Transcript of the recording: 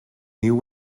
new